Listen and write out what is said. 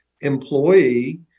employee